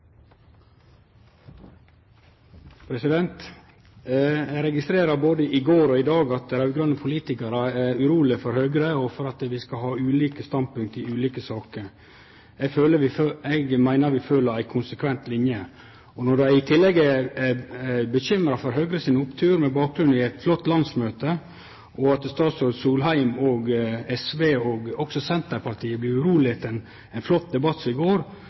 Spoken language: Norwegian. har. Eg har registrert, både i går og i dag, at raud-grøne politikarar er urolege for Høgre og for at vi skal ha ulike standpunkt i ulike saker. Eg meiner vi følgjer ei konsekvent linje. Når dei i tillegg er bekymra for Høgre sin opptur, med bakgrunn i eit flott landsmøte, og at statsråd Solheim og SV og også Senterpartiet blir urolege etter ein flott debatt som den i går,